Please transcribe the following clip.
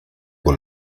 con